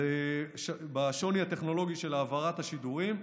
בשוני הטכנולוגי של העברת השידורים.